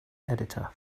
editor